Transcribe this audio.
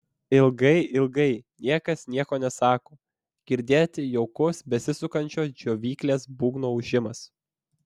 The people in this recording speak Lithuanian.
ilgai ilgai niekas nieko nesako girdėti jaukus besisukančio džiovyklės būgno ūžimas